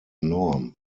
enorm